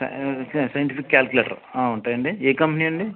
scientific calculator ఉంటాయా అండి ఏ కంపెనీ అండి